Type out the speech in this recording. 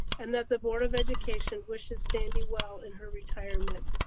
and that the board of education wishes sandy well in her retirement.